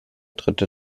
dritte